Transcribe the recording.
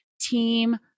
team